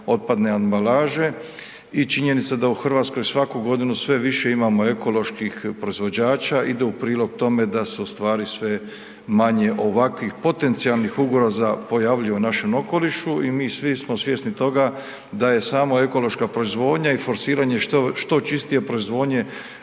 otpadne ambalaže i činjenica da u Hrvatskoj svaku godinu sve više imamo ekoloških proizvođača ide u prilog tome da se u stvari sve manje ovakvih potencijalnih ugroza pojavljuje u našem okolišu i mi svi smo svjesni toga da je samo ekološka proizvodnja i forsiranje što čistije proizvodnje